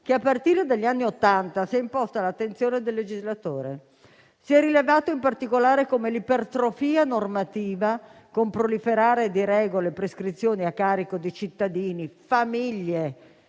che a partire dagli anni Ottanta si è imposta all'attenzione del legislatore. Si è rilevato in particolare come l'ipertrofia normativa, con il proliferare di regole e prescrizioni a carico dei cittadini, famiglie